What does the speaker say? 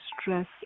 stress